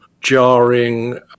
jarring